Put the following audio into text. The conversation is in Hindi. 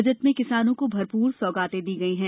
बजट में किसानों को भरपूर सौगातें दी गयी हैं